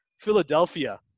Philadelphia